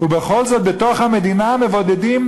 ורדיפות כדי לבנות חברה